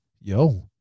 Yo